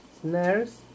snares